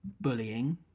bullying